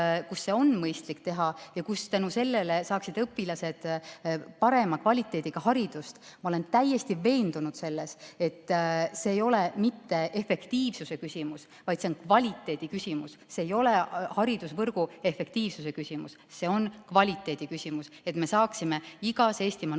kus seda on mõistlik teha ja kus tänu sellele saaksid õpilased parema kvaliteediga haridust. Ma olen täiesti veendunud selles, et see ei ole mitte efektiivsuse küsimus, vaid see on kvaliteedi küsimus. See ei ole haridusvõrgu efektiivsuse küsimus, see on kvaliteedi küsimus, et me saaksime igas Eestimaa